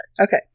Okay